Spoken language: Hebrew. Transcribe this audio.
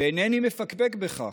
ואינני מפקפק בכך,